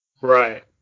Right